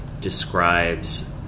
describes